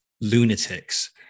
lunatics